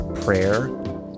prayer